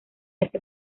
ese